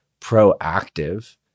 proactive